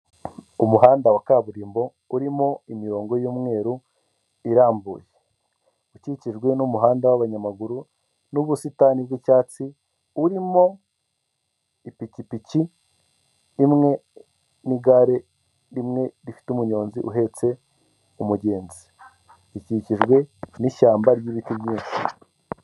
Umuhanda wa kaburimbo urimo imirongo y'umweru irambuye, ukikijwe n'umuhanda w'abanyamaguru n'ubusitani bw'icyatsi, urimo ipikipiki rimwe n'igare rimwe rifite umuyonzi uhetse umugenzi, rikikijwe n'ishyamba ry'ibiti byinshi.